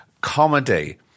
comedy